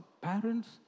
parents